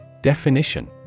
Definition